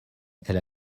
elle